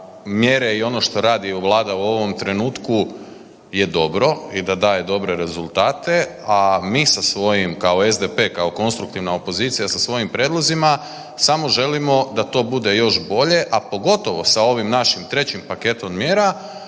mjere i ono što radi Vlada u ovom trenutku je dobro i da daje dobre rezultate, a mi sa svojim kao SDP, kao konstruktivna opozicija sa svojim prijedlozima samo želimo da to bude još bolje, a pogotovo sa ovim našim trećim paketom mjera.